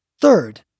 Third